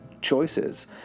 choices